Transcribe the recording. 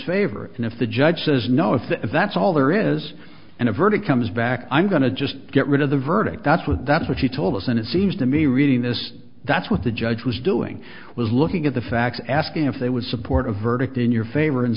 favor and if the judge says no if that's all there is and a verdict comes back i'm going to just get rid of the verdict that's what that's what she told us and it seems to me reading this that's what the judge was doing was looking at the facts asking if they would support a verdict in your favor and